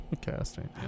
Casting